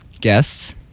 Guests